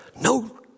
No